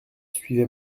suivez